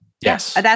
Yes